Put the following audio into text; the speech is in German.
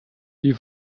die